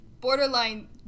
borderline